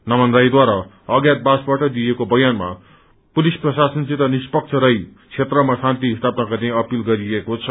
नमन राईद्वारा अज्ञात वासबाट दिएको बयानमा पुलिस प्रशासन निष्पक्ष रही क्षेत्रमा शान्ति स्थापना गर्ने अपील गरिएको छ